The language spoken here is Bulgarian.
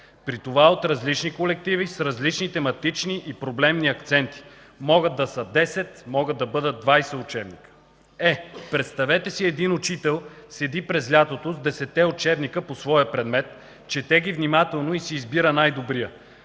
при това от различни колективи, с различни тематични и проблемни акценти. Могат да са 10, могат да са 20 учебника. Е, представете си, един учител седи през лятото с 10 те учебника по своя предмет, чете ги внимателно и си избира най-добрия.